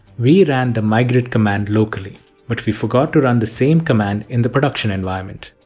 we ran the migrate command locally but we forgot to run the same command in the production environment.